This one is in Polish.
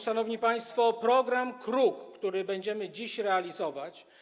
Szanowni państwo, program „Kruk”, który będziemy dziś realizować.